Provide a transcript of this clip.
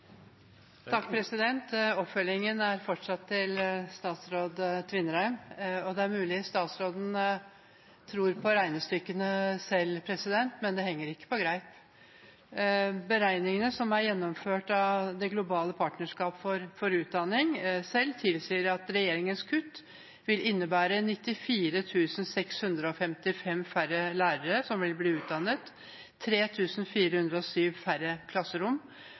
fortsatt til statsråd Tvinnereim. Det er mulig at statsråden tror på regnestykkene selv, men det henger ikke på greip. Beregningene som er gjennomført av Det globale partnerskap for utdanning selv, tilsier at regjeringens kutt vil innebære at det i utviklingsland vil være 94 655 færre som velger å utdanne seg til lærer, at 3 407 færre klasserom